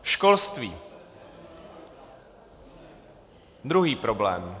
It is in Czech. Školství, druhý problém.